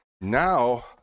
Now